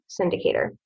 syndicator